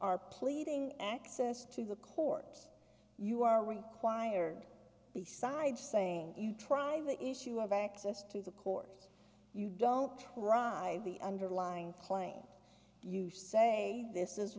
are pleading access to the court you are required besides saying you try the issue of access to the court you don't ride the underlying claim you say this is